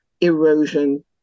erosion